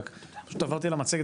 רק פשוט עברתי על המצגת,